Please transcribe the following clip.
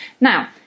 Now